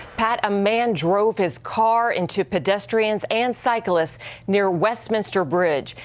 pat, a man drove his car into pedestrians and cyclists near westminster bridge,